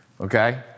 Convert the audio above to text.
okay